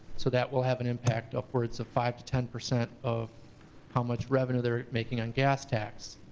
so that will have an impact upwards of five to ten percent of how much revenue they're making on gas tax.